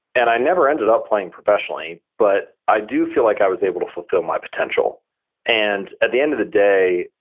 and i never ended up playing professionally. but i do feel like i was able to fulfill my potential and at the end of the day,